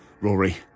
Rory